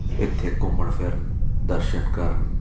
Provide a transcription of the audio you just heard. ਇੱਥੇ ਘੁੰਮਣ ਫਿਰਨ ਦਰਸ਼ਨ ਕਰਨ